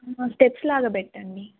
steps లాగా పెట్టండి